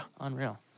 unreal